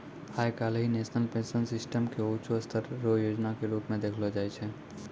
आइ काल्हि national pension system के ऊंचों स्तर रो योजना के रूप मे देखलो जाय छै